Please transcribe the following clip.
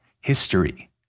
history